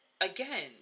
again